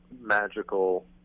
magical